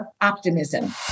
optimism